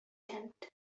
tent